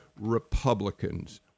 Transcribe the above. Republicans